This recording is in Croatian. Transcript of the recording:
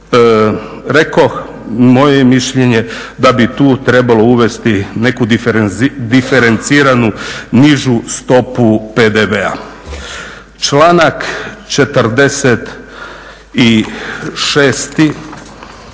Rekoh moje je mišljenje da bi tu trebalo uvesti neku diferenciranu nižu stopu PDV-a. Članak 46.